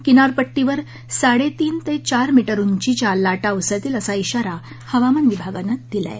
किनारपट्टीवर साडेतीन ते चार मीटर उंचीच्या लाटा उसळतील असा इशारा हवामान विभागानं दिला आहे